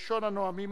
ראשון הנואמים,